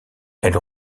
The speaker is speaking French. elle